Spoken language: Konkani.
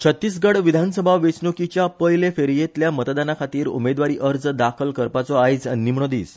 छत्तीसगढ विधानसभा वेचणुकीच्या पयले फेरयेतल्या मतदानाखातीर उमेदवारी अर्ज दाखल करपाचो आयज निमणो दिस